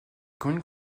commune